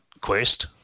quest